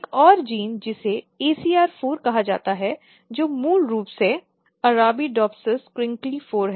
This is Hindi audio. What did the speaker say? एक और जीन जिसे ACR4 कहा जाता है जो मूल रूप से ARABIDOPSISCRINKLY4 है